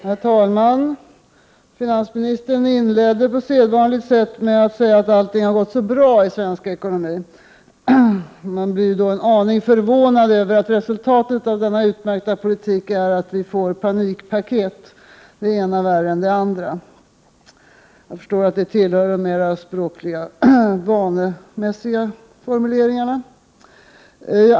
Herr talman! Finansministern inledde på sedvanligt sätt med att säga att allting har varit så bra i svensk ekonomi. Men man blir aningen förvånad över att resultatet av denna utmärkta politik är att vi får panikpaket, det ena värre än det andra. Jag förstår att det finansministern sade tillhör de mera vanemässiga språkliga formuleringarna.